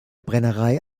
brennerei